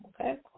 Okay